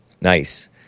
Nice